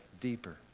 deeper